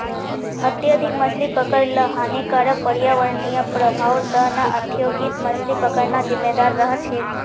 अत्यधिक मछली पकड़ ल हानिकारक पर्यावरणीय प्रभाउर त न औद्योगिक मछली पकड़ना जिम्मेदार रह छेक